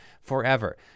forever